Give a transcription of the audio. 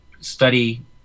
study